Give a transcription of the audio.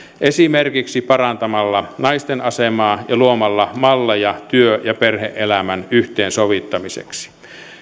esimerkiksi parantamalla naisten asemaa ja luomalla malleja työ ja perhe elämän yhteensovittamiseksi